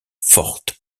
fortes